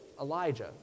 elijah